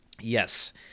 Yes